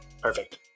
Perfect